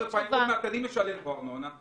עוד מעט אני משלם פה ארנונה.